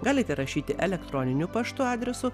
galite rašyti elektroniniu paštu adresu